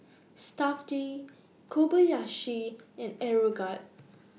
Stuff'd Kobayashi and Aeroguard